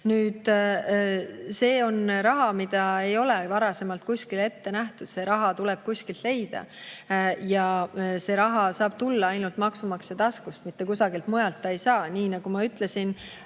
Nüüd, see on raha, mida ei ole varasemalt kuskil ette nähtud. See raha tuleb kuskilt leida. See raha saab tulla ainult maksumaksja taskust, mitte kusagilt mujalt seda ei saa. Nii nagu ma ütlesin,